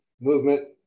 movement